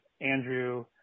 Andrew